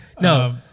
No